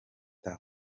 tuff